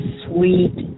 sweet